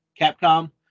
capcom